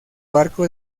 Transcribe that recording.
barco